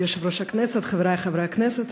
כבוד יושב-ראש הכנסת, חברי חברי הכנסת,